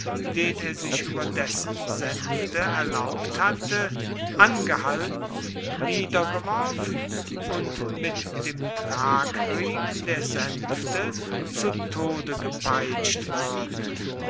den er sich über dessen sänfte erlaubt hatte angehalten niedergeworfen und mit dem tragriemen der sänfte zu tode gepeitscht worden